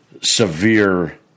severe